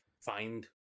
find